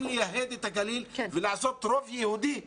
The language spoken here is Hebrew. לייהד את הגליל ולעשות רוב יהודי בגליל.